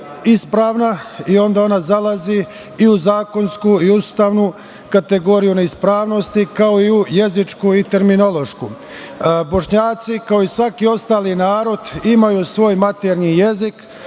ispravna i onda ona zalazi i u zakonsku i u ustavnu kategoriju neispravnosti, kao i u jezičku i u terminološku. Bošnjaci kao i svaki ostali narod imaju svoj maternji jezik,